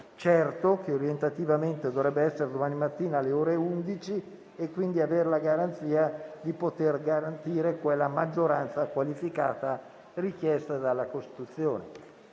certo, che orientativamente dovrebbe essere domani mattina alle ore 11. In questo modo, si potrebbe garantire quella maggioranza qualificata richiesta dalla Costituzione.